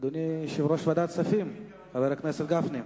אדוני יושב-ראש ועדת הכספים, חבר הכנסת משה גפני.